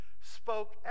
spoke